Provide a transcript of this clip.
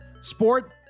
Sport